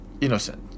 innocent